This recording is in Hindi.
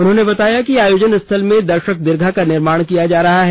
उन्होंने बताया कि आयोजन स्थल में दर्शक दीर्घा का निर्माण किया जा रहा है